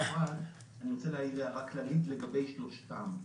אני רוצה להעיר הערה כללית לגבי שלושתם.